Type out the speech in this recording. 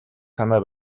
санаа